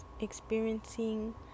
experiencing